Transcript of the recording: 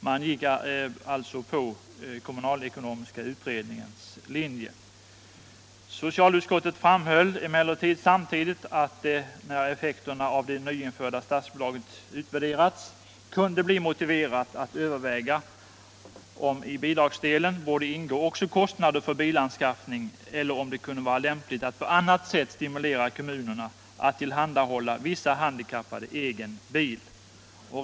Man gick alltså på kommunalekonomiska utredningens linje. Socialutskottet framhöll emellertid samtidigt att när effekterna av det nyinförda statsbidraget skulle utvärderas kunde det bli motiverat att överväga om i bidragsdelen borde få ingå även kostnaden för bilanskaffning eller om det kunde vara lämpligt att på annat sätt stimulera kommunerna att tillhandahålla vissa handikappade egen bil.